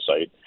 site